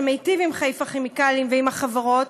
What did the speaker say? שמיטיב עם חיפה כימיקלים ועם החברות,